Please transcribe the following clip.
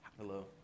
Hello